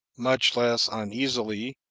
much less uneasily,